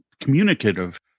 communicative